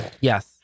Yes